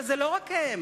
וזה לא רק הם,